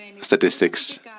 statistics